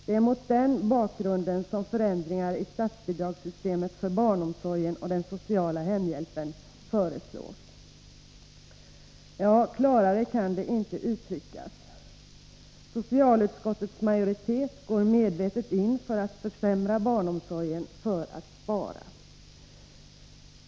Det är mot den bakgrunden som förändringar i statsbidragssystemen för barnomsorgen och den sociala hemhjälpen föreslås.” Ja, klarare kan det inte uttryckas. Socialutskottets majoritet går medvetet in för att försämra barnomsorgen för att spara.